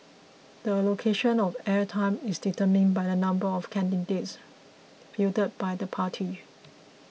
the allocation of air time is determined by the number of candidates fielded by the party